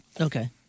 Okay